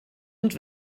und